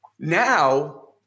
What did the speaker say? Now